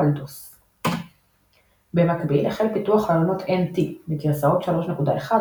על DOS. במקביל החל פיתוח חלונות NT בגרסאות 3.1,